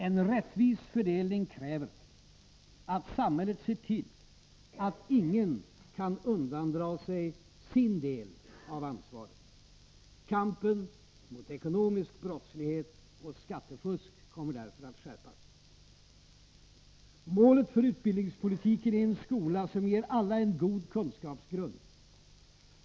En rättvis fördelning kräver att samhället ser till att ingen kan undandra sig sin del av ansvaret. Kampen mot ekonomisk brottslighet och skattefusk kommer därför att skärpas. Målet för utbildningspolitiken är en skola som ger alla en god kunskapsgrund.